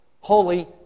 holy